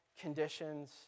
conditions